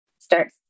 start